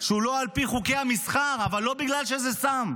שהוא לא על פי חוקי המסחר, אבל לא בגלל שזה סם.